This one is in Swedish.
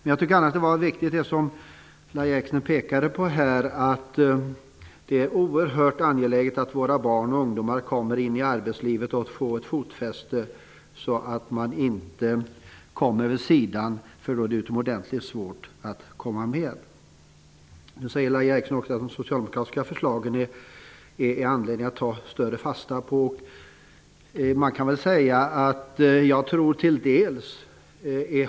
Lahja Exner pekade här på att det är oerhört angeläget att våra barn och ungdomar kommer in i arbetslivet och får ett fotfäste. Om man kommer vid sidan är det utomordentligt svårt att komma tillbaka igen. Lahja Exner sade också att det finns anledning att ta bättre fasta på de socialdemokratiska förslagen.